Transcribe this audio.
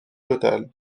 total